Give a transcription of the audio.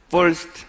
First